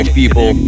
people